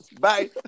Bye